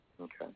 Okay